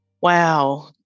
Wow